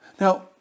Now